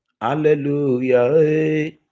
Hallelujah